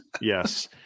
Yes